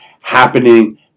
happening